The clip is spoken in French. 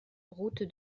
route